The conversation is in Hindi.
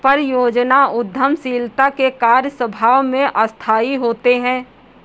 परियोजना उद्यमशीलता के कार्य स्वभाव से अस्थायी होते हैं